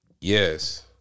Yes